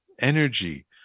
energy